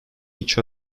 each